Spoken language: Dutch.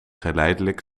geleidelijk